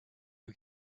who